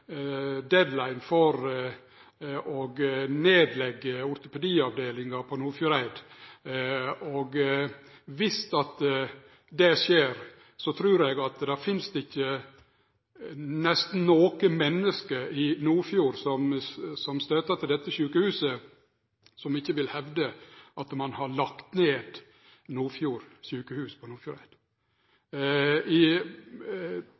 deadline for ei eventuell nedlegging av ortopediavdelinga på Nordfjordeid. Viss det skjer, trur eg at det nesten ikkje finst noko menneske i Nordfjord som soknar til dette sjukehuset, som ikkje vil hevde at ein har lagt ned Nordfjord sjukehus på Nordfjordeid. Nordfjordingane har samla inn betydelege midlar, slik at aksjonsgruppa i